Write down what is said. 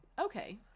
Okay